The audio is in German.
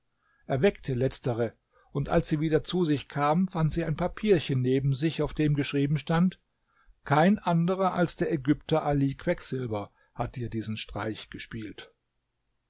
weckte letztere und als sie wieder zu sich kam fand sie ein papierchen neben sich auf dem geschrieben stand kein anderer als der ägypter ali quecksilber hat dir diesen streich gespielt